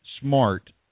smart